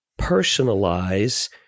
personalize